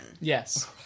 Yes